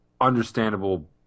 understandable